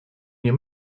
nie